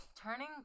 Turning